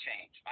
change